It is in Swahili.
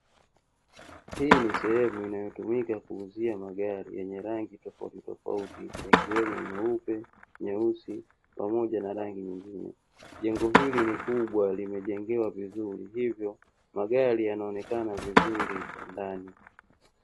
Hii ni sehemu inayotumika kuuzia magari yenye rangi tofautitofauti yakiwemo nyeupe, nyeusi, pamoja na rangi nyingine. Jengo hili ni kubwa limejengewa vizuri, hivyo magari yanaonekana vizuri kwa ndani.